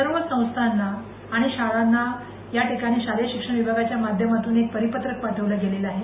सर्व संस्थांना आणि शाळांना याठिकाणी शालेय शिक्षण विभागाच्या माध्यमातून एक परिपत्रक पाठवले गेलेल आहे